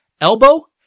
elbow